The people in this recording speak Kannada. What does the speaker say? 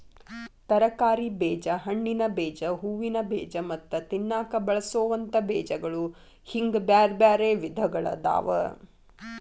ತರಕಾರಿ ಬೇಜ, ಹಣ್ಣಿನ ಬೇಜ, ಹೂವಿನ ಬೇಜ ಮತ್ತ ತಿನ್ನಾಕ ಬಳಸೋವಂತ ಬೇಜಗಳು ಹಿಂಗ್ ಬ್ಯಾರ್ಬ್ಯಾರೇ ವಿಧಗಳಾದವ